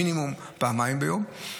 מינימום פעמיים ביום,